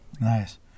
Nice